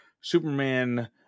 Superman